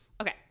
Okay